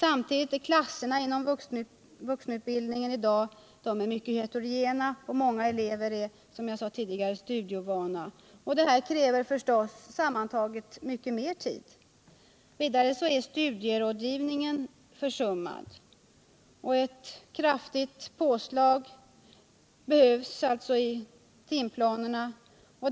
Samtidigt är klasserna inom vuxenutbildningen i dag mycket heterogena, och många elever är, som jag sade förut, studieovana. Detta kräver förstås sammantaget mycket mer tid. Vidare är studierådgivningen försummad. Ett kraftigt påslag behövs alltså i timplanerna.